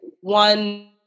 one